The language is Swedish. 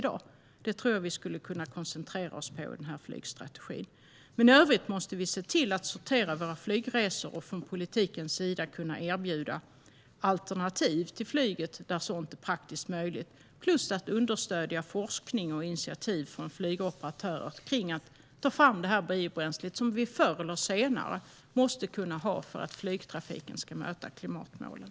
Det tror jag att vi skulle kunna koncentrera oss på i den här flygstrategin. Men i övrigt måste vi se till att sortera våra flygresor och från politikens sida kunna erbjuda alternativ till flyget där sådant är praktiskt möjligt. Vi ska också understödja forskning och initiativ från flygoperatörer kring att ta fram det biobränsle som vi förr eller senare måste ha för att flygtrafiken ska möta klimatmålen.